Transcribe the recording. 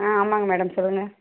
ஆ ஆமாங்க மேடம் சொல்லுங்க